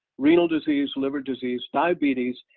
renal disease, liver disease, diabetes,